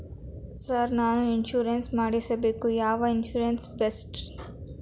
Sir ನಾನು insurance ಮಾಡಿಸಬೇಕು ಯಾವ ಇನ್ಶೂರೆನ್ಸ್ ಬೆಸ್ಟ್ರಿ?